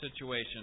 situation